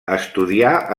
estudià